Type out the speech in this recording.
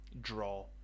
draw